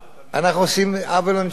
אנחנו עושים עוול לאנשי הקבע,